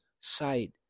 sight